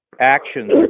actions